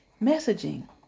messaging